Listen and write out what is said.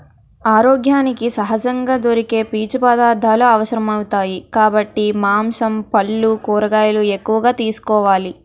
ఆరోగ్యానికి సహజంగా దొరికే పీచు పదార్థాలు అవసరమౌతాయి కాబట్టి మాంసం, పల్లు, కూరగాయలు ఎక్కువగా తీసుకోవాలి